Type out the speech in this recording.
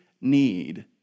need